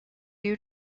you